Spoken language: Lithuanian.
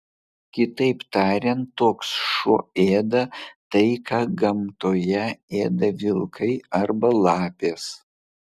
kitaip tariant toks šuo ėda tai ką gamtoje ėda vilkai arba lapės